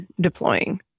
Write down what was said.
deploying